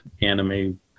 anime